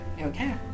Okay